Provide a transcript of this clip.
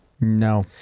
No